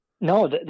No